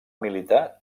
militar